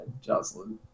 Jocelyn